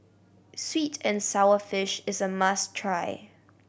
sweet and sour fish is a must try